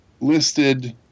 listed